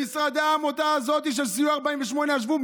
במשרדי העמותה הזאת של סיוע 48 ישבו.